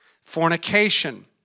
Fornication